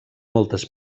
moltes